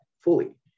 fully